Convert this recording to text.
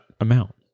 amount